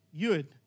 yud